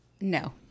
no